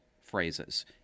phrases